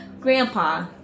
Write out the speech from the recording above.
Grandpa